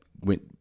went